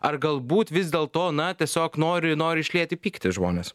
ar galbūt vis dėl to na tiesiog nori nori išlieti pyktį žmonės